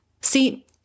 See